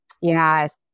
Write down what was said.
yes